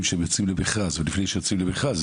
שהם יוצאים למכרז ולפני שיוצאים למכרז,